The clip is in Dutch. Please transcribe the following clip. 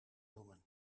noemen